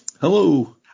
Hello